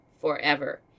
forever